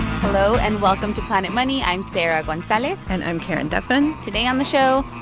hello, and welcome to planet money. i'm sarah gonzalez and i'm karen duffin today on the show,